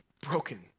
broken